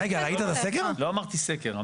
לא אמרתי סקר.